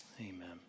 Amen